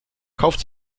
kauft